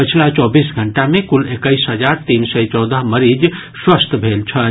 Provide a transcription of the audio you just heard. पछिला चौबीस घंटा मे कुल एक्कैस हजार तीन सय चौदह मरीज स्वस्थ भेल छथि